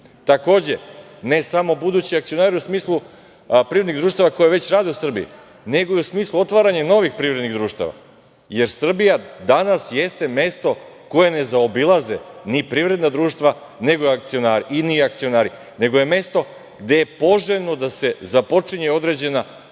EU.Takođe, ne samo budući akcionari u smislu privrednih društava koje već rade u Srbiji, nego i u smislu otvaranja novih privrednih društava, jer Srbija danas jeste mesto koje ne zaobilaze ni privredna društva, ni akcionari, nego je mesto gde je poželjno da se započinje određena delatnost